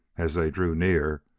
as they drew near,